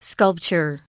Sculpture